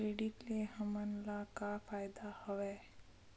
Credit ले हमन ला का फ़ायदा हवय?